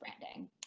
branding